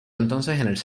entonces